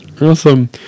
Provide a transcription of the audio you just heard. Awesome